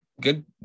Good